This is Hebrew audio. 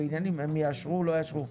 הם יאשרו או לא יאשרו.